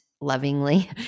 lovingly